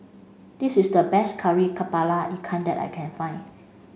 this is the best Kari Kepala Ikan that I can find